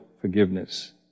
forgiveness